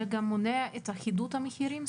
זה גם מונע את אחידות המחירים?